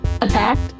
attacked